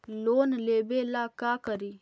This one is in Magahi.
लोन लेबे ला का करि?